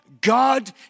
God